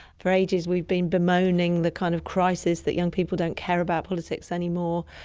for ages we've been bemoaning the kind of crisis that young people don't care about politics anymore,